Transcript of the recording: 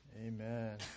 Amen